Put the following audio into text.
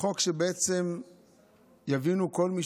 חוק שבעצם יבינו כל מי